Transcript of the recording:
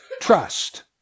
trust